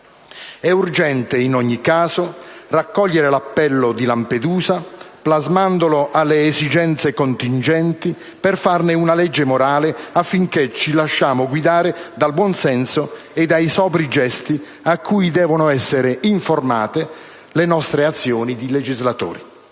È urgente, in ogni caso, raccogliere l'appello di Lampedusa, plasmandolo alle esigenze contingenti per farne una legge morale affinché ci lasciamo guidare dal buonsenso e dai sobri gesti a cui devono essere informate le nostre azioni di legislatori.